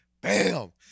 Bam